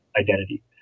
identity